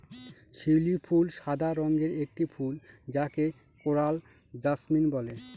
শিউলি ফুল সাদা রঙের একটি ফুল যাকে কোরাল জাসমিন বলে